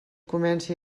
comença